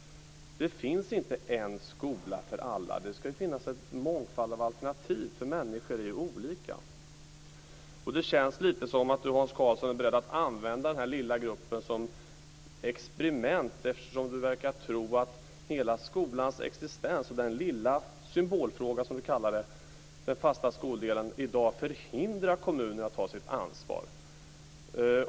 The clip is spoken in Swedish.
Det finns inte en skola för alla; det ska finnas en mångfald av alternativ eftersom människor är olika. Det känns lite som om Hans Karlsson är beredd att använda den här lilla gruppen som experiment, eftersom han verkar tro att hela skolans existens och den lilla symbolfråga som han kallar det - den fasta skoldelen - i dag förhindrar kommunerna att ta sitt ansvar.